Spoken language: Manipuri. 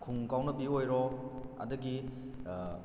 ꯈꯨꯡ ꯀꯥꯎꯅꯕꯤ ꯑꯣꯏꯔꯣ ꯑꯗꯨꯗꯒꯤ